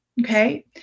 Okay